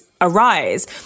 arise